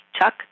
Chuck